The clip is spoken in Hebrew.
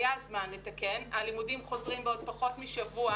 היה זמן לתקן, הלימודים חוזרים בעוד פחות משבוע